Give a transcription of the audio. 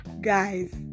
guys